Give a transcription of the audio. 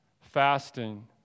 fasting